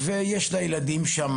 שם